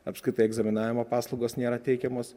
apskritai egzaminavimo paslaugos nėra teikiamos